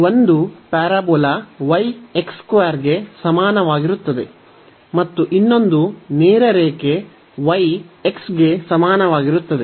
ಒಂದು parabola y ಗೆ ಸಮಾನವಾಗಿರುತ್ತದೆ ಮತ್ತು ಇನ್ನೊಂದು ನೇರ ರೇಖೆ y x ಗೆ ಸಮಾನವಾಗಿರುತ್ತದೆ